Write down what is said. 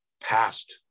past